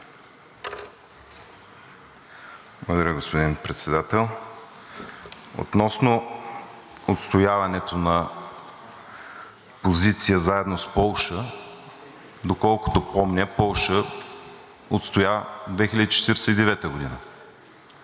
господин Председател. Относно отстояването на позиция заедно с Полша, доколкото помня, Полша отстоя 2049 г., а